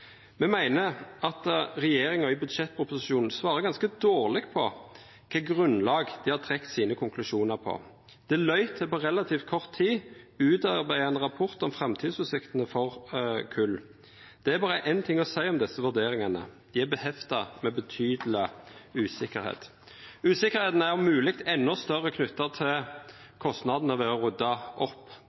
Me meiner at regjeringa i budsjettproposisjonen svarer ganske dårleg på kva for grunnlag dei har trekt konklusjonane sine på. Deloitte har på relativt kort tid utarbeida ein rapport om framtidsutsiktene for kol. Det er berre ein ting å seia om desse vurderingane: Dei er forbundne med betydeleg usikkerheit. Usikkerheita er om mogleg endå større knytt til kostnadene ved å rydja opp,